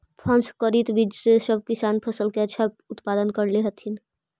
प्रसंकरित बीज से सब किसान फसल के अच्छा उत्पादन कर लेवऽ हथिन